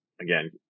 again